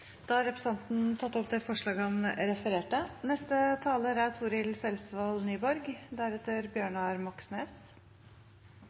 tatt opp det forslaget han refererte til. Streikeretten er